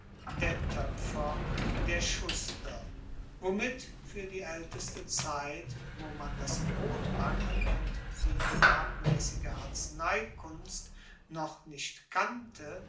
der toepfer der schuster womit fuer die aelteste zeit wo man das brotbacken und die gewerbmaessige arzneikunst noch nicht kannte